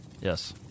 Yes